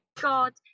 god